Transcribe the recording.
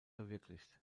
verwirklicht